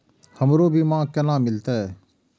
हमरो बीमा केना मिलते?